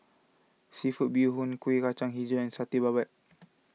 Seafood Bee Hoon Kueh Kacang HiJau and Satay Babat